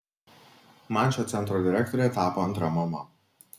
man šio centro direktorė tapo antra mama